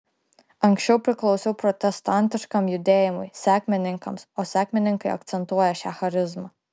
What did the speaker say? anksčiau priklausiau protestantiškam judėjimui sekmininkams o sekmininkai akcentuoja šią charizmą